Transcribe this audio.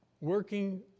working